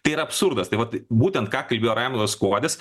tai yra absurdas tai vat būtent ką kalbėjo raimondas kuodis